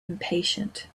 impatient